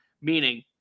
meaning